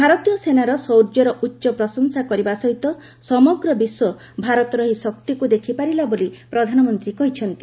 ଭାରତୀୟ ସେନାର ଶୌର୍ଯ୍ୟର ଉଚ୍ଚ ପ୍ରଶଂସା କରିବା ସହିତ ସମଗ୍ର ବିଶ୍ୱ ଭାରତର ଏହି ଶକ୍ତିକୁ ଦେଖିପାରିଲା ବୋଲି ପ୍ରଧାନମନ୍ତ୍ରୀ କହିଛନ୍ତି